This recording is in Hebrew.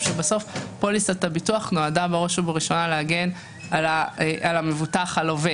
שבסוף פוליסת הביטוח נועדה בראש ובראשונה להגן על המבוטח הלווה.